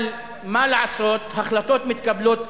אבל מה לעשות, החלטות מתקבלות כאן,